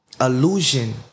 illusion